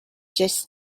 just